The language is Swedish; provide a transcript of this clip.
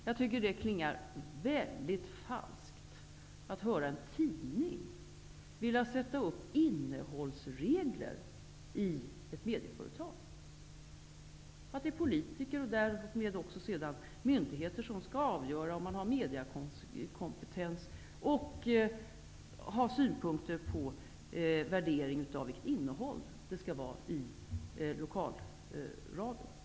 Jag tycker att det klingar väldigt falskt att höra att en tidning skall sätta upp innehållsregler för ett medieföretag, att det är politiker och därmed också myndigheter som skall avgöra om man har mediekompetens och har synpunkter på vilket innehåll det skall vara i lokalradion.